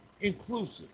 inclusive